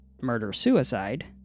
murder-suicide